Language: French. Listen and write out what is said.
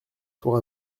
pour